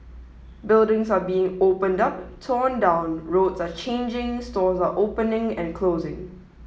buildings are being opened up torn down roads are changing stores are opening and closing